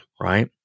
Right